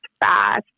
fast